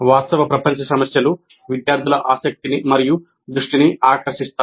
వాస్తవ ప్రపంచ సమస్యలు విద్యార్థుల ఆసక్తిని మరియు దృష్టిని ఆకర్షిస్తాయి